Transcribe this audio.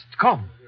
come